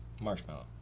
Marshmallow